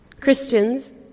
Christians